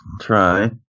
try